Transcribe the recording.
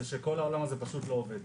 שכל העולם הזה פשוט לא עובד.